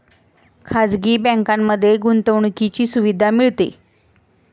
खाजगी बँकांमध्ये गुंतवणुकीची सुविधा मिळते